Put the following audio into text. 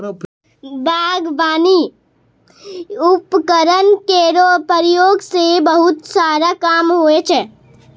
बागबानी उपकरण केरो प्रयोग सें बहुत सारा काम होय छै